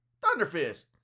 Thunderfist